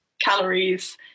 calories